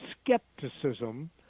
skepticism